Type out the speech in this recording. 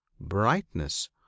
brightness